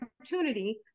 opportunity